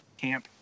camp